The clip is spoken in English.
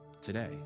today